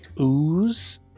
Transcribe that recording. ooze